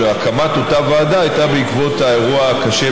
הקמת אותה ועדה הייתה בעקבות האירוע הקשה